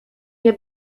nie